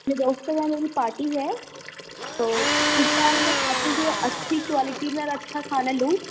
میرے دوست کی پارٹی ہے تو اس بار میں چاہتی ہوں کہ اچھی کوالٹی کا اور اچھا کھانا لوں